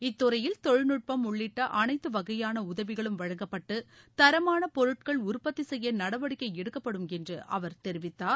இத்துறையில் தொழில்நுட்பம் உள்ளிட்ட அனைத்து வகையான உதவிகளும் வழங்கப்பட்டு தரமான பொருட்கள் உற்பத்தி செய்ய நடவடிக்கை எடுக்கப்படும் என்று அவர் தெரிவித்தார்